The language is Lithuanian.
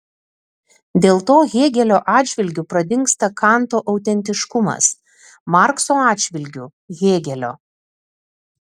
dėl to hėgelio atžvilgiu pradingsta kanto autentiškumas markso atžvilgiu hėgelio